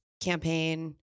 campaign